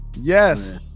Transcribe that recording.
yes